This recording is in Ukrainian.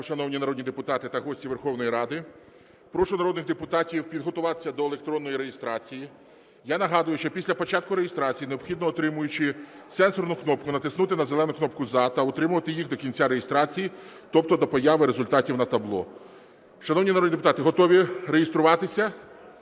шановні народні депутати та гості Верховної Ради! Прошу народних депутатів підготуватися до електронної реєстрації. Я нагадую, що після початку реєстрації необхідно, утримуючи сенсорну кнопку, натиснути на зелену кнопку "За" та утримувати їх до кінця реєстрації, тобто до появи результатів на табло. Шановні народні депутати, готові реєструватися?